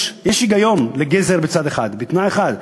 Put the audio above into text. יש היגיון לגזר בצד אחד בתנאי אחד,